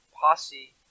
posse